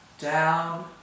down